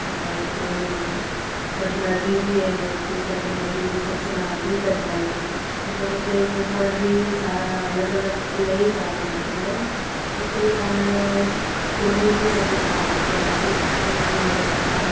अन हुते सभु नदियूं बि आहिनि हुते सभु नदी में सभु सनान बि कंदा आहिनि अन हुते घुमनि जी सारा अलॻि अलॻि अलाई सारा मंदर आहिनि हुते पाण घुमी बि सघूं था हुते ॾाढो सुठे नमूने असां पाण